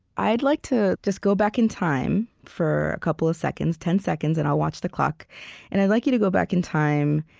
i'd like you to just go back in time for a couple of seconds ten seconds, and i'll watch the clock and i'd like you to go back in time.